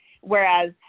whereas